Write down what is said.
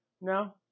No